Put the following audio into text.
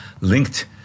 linked